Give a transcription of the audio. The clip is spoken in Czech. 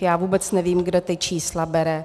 Já vůbec nevím, kde ta čísla bere.